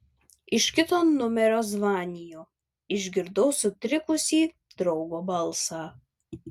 iš kito numerio zvaniju išgirdau sutrikusį draugo balsą